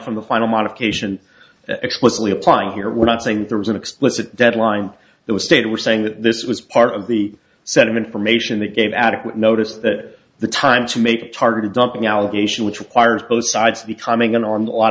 from the final modification explicitly applying here we're not saying there was an explicit deadline it was stated we're saying that this was part of the set of information they gave adequate notice that the time to make targeted dumping allegation which requires both sides becoming an arm lot